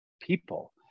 people